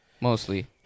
Mostly